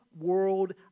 world